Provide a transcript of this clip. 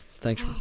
Thanks